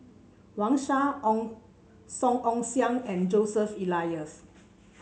Wang Sha Ong Song Ong Siang and Joseph Elias